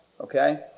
okay